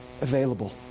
available